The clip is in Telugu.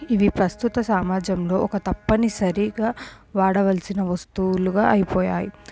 ఇవి ప్రస్తుత సమాజంలో ఒక తప్పనిసరిగా వాడవలసిన వస్తువులుగా అయిపోయాయి